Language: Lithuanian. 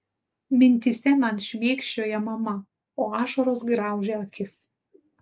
mintyse man šmėkščioja mama o ašaros graužia akis